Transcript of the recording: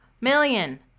million